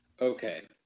Okay